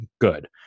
good